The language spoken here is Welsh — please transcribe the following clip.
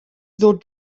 ddod